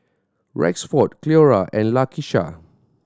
Rexford Cleora and Lakisha